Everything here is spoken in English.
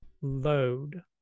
load